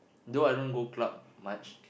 though I don't go club much